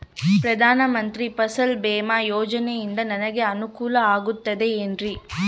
ಪ್ರಧಾನ ಮಂತ್ರಿ ಫಸಲ್ ಭೇಮಾ ಯೋಜನೆಯಿಂದ ನನಗೆ ಅನುಕೂಲ ಆಗುತ್ತದೆ ಎನ್ರಿ?